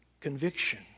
conviction